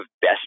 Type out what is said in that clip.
best